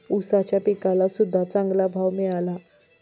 ऊसाच्या पिकाला सद्ध्या चांगला भाव मिळाला